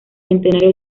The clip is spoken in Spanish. centenario